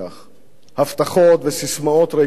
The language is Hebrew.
הבטחות וססמאות ריקות מתוכן,